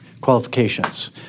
qualifications